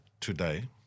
today